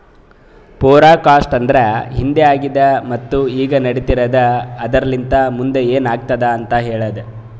forecast ಅಂದುರ್ ಹಿಂದೆ ಆಗಿದ್ ಮತ್ತ ಈಗ ನಡಿತಿರದ್ ಆದರಲಿಂತ್ ಮುಂದ್ ಏನ್ ಆತ್ತುದ ಅಂತ್ ಹೇಳ್ತದ